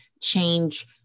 change